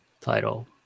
title